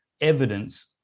evidence